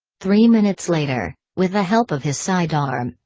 three minutes later, with the help of his sidearm,